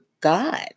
God